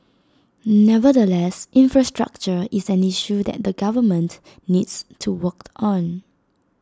nevertheless infrastructure is an issue that the government needs to work on